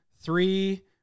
three